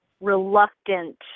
reluctant